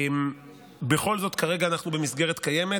בכל זאת, כרגע אנחנו במסגרת קיימת,